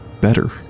better